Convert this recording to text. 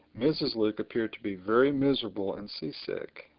mrs. luke appeared to be very miserable and seasick.